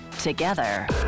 together